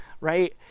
right